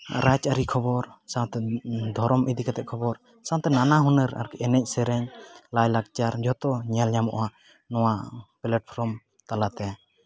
ᱨᱟᱡᱽᱟᱹᱨᱤ ᱠᱷᱚᱵᱚᱨ ᱥᱟᱶᱛᱮ ᱫᱷᱚᱨᱚᱢ ᱤᱫᱤ ᱠᱟᱛᱮᱫ ᱠᱷᱚᱵᱚᱨ ᱥᱟᱶᱛᱮ ᱱᱟᱱᱟ ᱦᱩᱱᱟᱹᱨ ᱟᱨᱠᱤ ᱮᱱᱮᱡ ᱥᱮᱨᱮᱧ ᱞᱟᱭᱼᱞᱟᱠᱪᱟᱨ ᱡᱷᱚᱛᱚ ᱧᱮᱞ ᱧᱟᱢᱚᱜᱼᱟ ᱱᱚᱣᱟ ᱯᱞᱮᱴᱯᱷᱨᱚᱢ ᱛᱟᱞᱟᱛᱮ